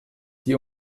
die